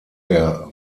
der